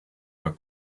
her